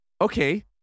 okay